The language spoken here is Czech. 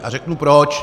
A řeknu proč.